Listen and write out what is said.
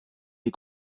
des